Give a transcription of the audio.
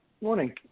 Morning